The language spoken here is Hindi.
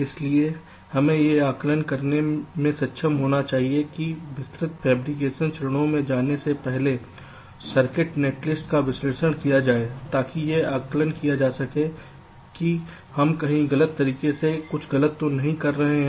इसलिए हमें यह आंकलन करने में सक्षम होना चाहिए कि विस्तृत फैब्रिकेशन चरणों में जाने से पहले सर्किट नेटलिस्ट का विश्लेषण किया जाए ताकि यह आकलन किया जा सके कि हम कहीं गलत तरीके से गलत तो नहीं हो रहे हैं